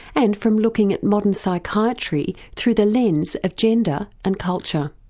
and from looking at modern psychiatry through the lens of gender and culture.